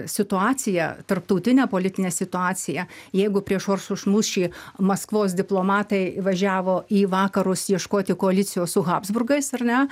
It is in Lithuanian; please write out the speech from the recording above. situaciją tarptautinę politinę situaciją jeigu prieš oršos mūšį maskvos diplomatai važiavo į vakarus ieškoti koalicijos su habsburgais ar ne